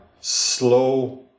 slow